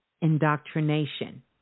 indoctrination